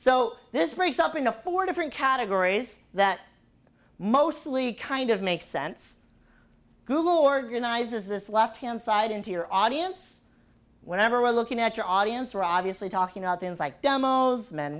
so this breaks up into four different categories that mostly kind of makes sense google organizes this left hand side into your audience whenever we're looking at your audience ravi asli talking about things like demos men